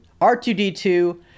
R2D2